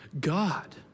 God